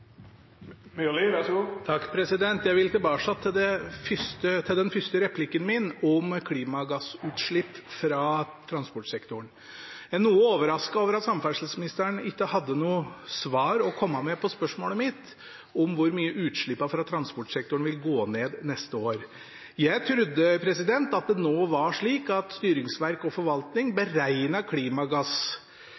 noe overrasket over at samferdselsministeren ikke hadde noe svar å komme med på spørsmålet mitt om hvor mye utslippene fra transportsektoren vil gå ned neste år. Jeg trodde det nå var slik at styringsverk og forvaltning